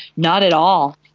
not at all.